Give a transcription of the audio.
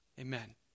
Amen